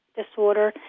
disorder